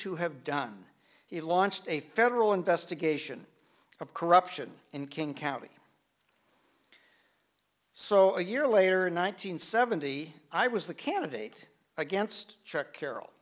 to have done he launched a federal investigation of corruption in king county so a year later nine hundred seventy i was the candidate against chuck carrol